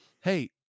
hey